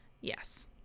Yes